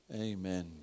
amen